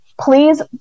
please